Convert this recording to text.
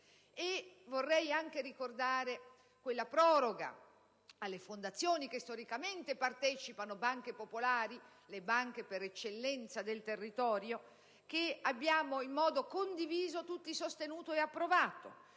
Vorrei anche ricordare la proroga alle fondazioni, cui storicamente partecipano banche popolari (le banche per eccellenza del territorio), che abbiamo in modo condiviso tutti sostenuto ed approvato.